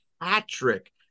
Patrick